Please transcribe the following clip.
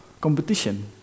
competition